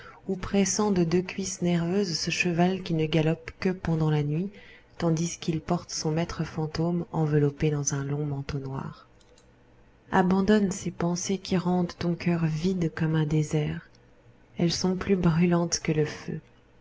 ou pressant de deux cuisses nerveuses ce cheval qui ne galope que pendant la nuit tandis qu'il porte son maître fantôme enveloppé dans un long manteau noir abandonne ces pensées qui rendent ton coeur vide comme un désert elles sont plus brûlantes que le feu